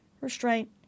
restraint